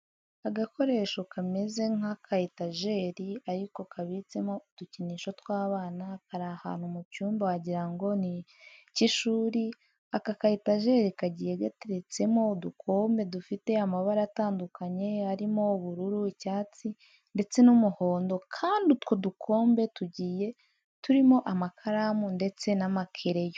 Agakoresho kameze nk'aka etajeri ariko kabitsemo udukinisho tw'abana, kari ahantu mu cyumba wagira ngo ni icy'ishuri. Aka ka etajeri kagiye gateretsemo udukombe dufite amabara atandukanye arimo ubururu, icyatsi ndetse n'umuhondo kandi utwo dukombe tugiye turimo amakaramu ndetse n'amakereyo.